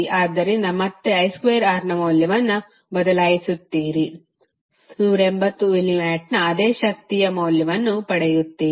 ಆದ್ದರಿಂದ ಮತ್ತೆ i2Rನ ಮೌಲ್ಯವನ್ನು ಬದಲಿಸುತ್ತೀರಿ 180 ಮಿಲಿವಾಟ್ನ ಅದೇ ಶಕ್ತಿಯ ಮೌಲ್ಯವನ್ನು ಪಡೆಯುತ್ತೀರಿ